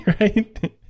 right